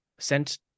sent